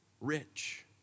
rich